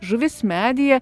žuvis medyje